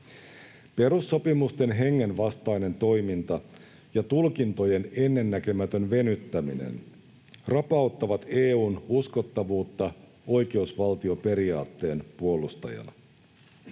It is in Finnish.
Perussopimusten hengen vastainen toiminta ja tulkintojen ennennäkemätön venyttäminen rapauttavat EU:n uskottavuutta oikeusvaltioperiaatteen puolustajana.